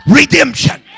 redemption